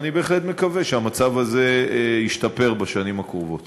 ואני בהחלט מקווה שהמצב הזה ישתפר בשנים הקרובות.